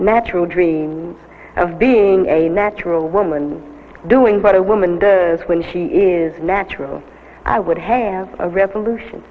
natural dreams of being a natural woman doing what a woman the will she is natural i would hand a revolution